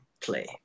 play